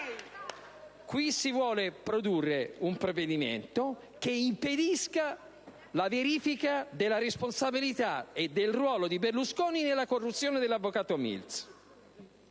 Qui si vuole produrre un provvedimento che impedisca la verifica della responsabilità e del ruolo di Berlusconi nella corruzione dell'avvocato Mills.